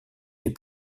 les